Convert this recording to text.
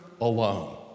alone